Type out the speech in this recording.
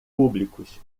públicos